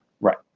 Right